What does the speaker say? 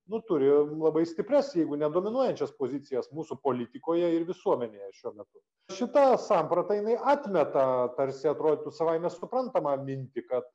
nu turi labai stiprias jeigu ne dominuojančias pozicijas mūsų politikoje ir visuomenė šiuo metu šita samprata jinai atmeta tarsi atrodytų savaime suprantamą mintį kad